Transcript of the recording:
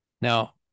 now